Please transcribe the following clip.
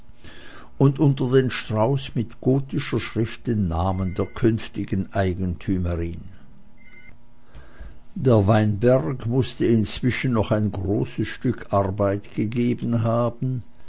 und unter den strauß mit gotischer schrift den namen der künftigen eigentümerin der weinberg mußte inzwischen noch ein großes stück arbeit gegeben haben